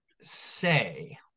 say